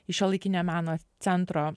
į šiuolaikinio meno centro